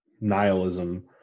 nihilism